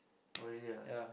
oh really ah